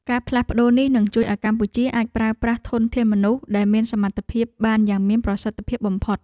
ការផ្លាស់ប្ដូរនេះ នឹងជួយឱ្យកម្ពុជាអាចប្រើប្រាស់ធនធានមនុស្សដែលមានសមត្ថភាពបានយ៉ាងមានប្រសិទ្ធភាពបំផុត។